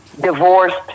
divorced